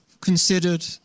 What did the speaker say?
considered